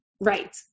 Right